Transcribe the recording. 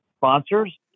sponsors